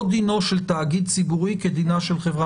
לא דינו של תאגיד ציבורי כדינה של חברה